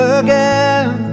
again